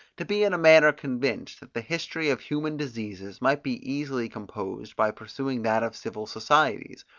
to be in a manner convinced that the history of human diseases might be easily composed by pursuing that of civil societies.